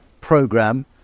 program